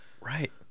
Right